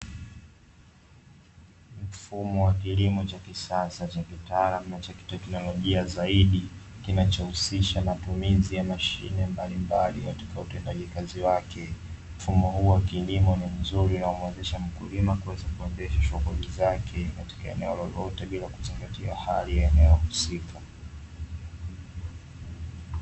Mfumo wa kilimo cha kisasa cha kitaalam na cha kiteknolojia zaidi kinachohusisha matumizi ya mashine mbalimbali utendaji kazi wake. Mfumo huu wa kilimo ni mzuri na umewezesha mkulima kuweza kuendesha shughuli zake katika eneo lolote bila kuzingatia hali ya eneo husika.